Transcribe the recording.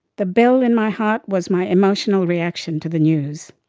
the bell in my heart was my emotional reaction to the news.